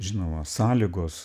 žinoma sąlygos